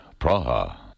Praha